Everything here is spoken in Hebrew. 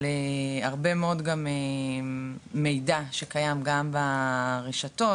על הרבה מאוד גם מידע שקיים גם ברשתות,